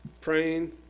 praying